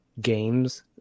games